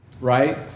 Right